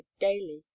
daily